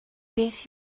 beth